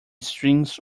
strings